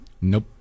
Nope